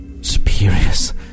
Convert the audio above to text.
superiors